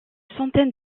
centaine